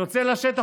יוצא לשטח,